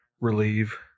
relieve